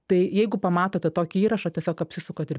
tai jeigu pamatote tokį įrašą tiesiog apsisukat ir